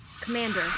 Commander